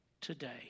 today